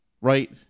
right